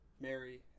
Mary